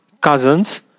cousins